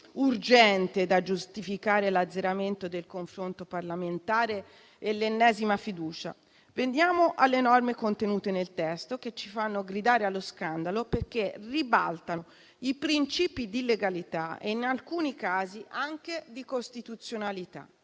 urgente da giustificare l'azzeramento del confronto parlamentare e l'ennesima fiducia? Veniamo alle norme contenute nel testo che ci fanno gridare allo scandalo perché ribaltano i principi di legalità e, in alcuni casi, anche di costituzionalità,